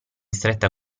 stretta